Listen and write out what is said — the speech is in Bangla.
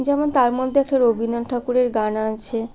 যেমন তার মধ্যে একটা রবীন্দ্রনাথ ঠাকুরের গান আছে